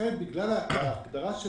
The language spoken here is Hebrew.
בגלל ההגדרה של